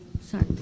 sorry